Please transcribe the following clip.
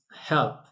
help